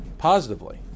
Positively